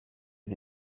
est